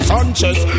Sanchez